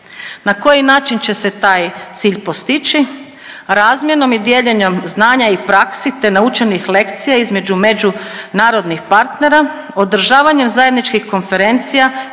Na koji način će se taj cilj postići? Razmjenom i dijeljenjem znanja i praksi, te naučenih lekcija između međunarodnih partnera, održavanjem zajedničkih konferencija,